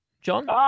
John